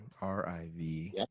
R-I-V